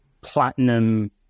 platinum